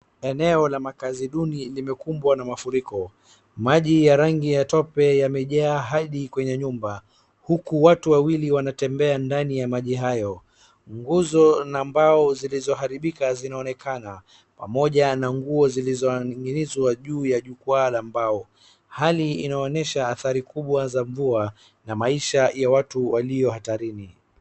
Eneo la makaazi duni limekumbwa na mafuriko, maji ya rangi ya tope yamejaa hadi kwenye nyumba, huku watu wawili wanatembea ndani ya maji hayo. Nguzo na mbao zilizoharibika zinaonekana, pamoja na nguo zilizoang'izwa juu ya jukwaa la mbao. Hali inaonyesha hathari kubwa za mvua na maisha ya watu walio hatarini.